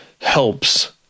helps